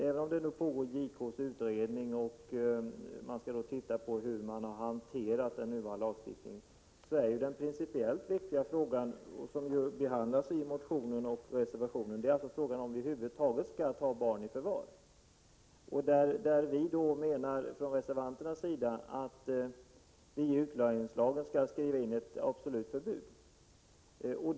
Även om JK:s utredning pågår och man skall studera hur den nuvarande lagstiftningen har hanterats, är ju den principiellt viktiga frågan — som ju behandlas i motionen och i reservationen — om vi över huvud taget skall ta barn i förvar. Vi reservanter menar att det skall skrivas in ett absolut förbud i utlänningslagen.